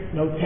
no